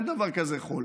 אין דבר כזה חול.